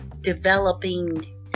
developing